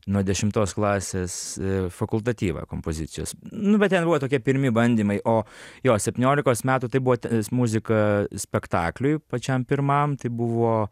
nuo dešimtos klasės fakultatyvą kompozicijos nu bet ten buvo tokie pirmi bandymai o jo septyniolikos metų tai buvo muzika spektakliui pačiam pirmam tai buvo